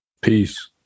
Peace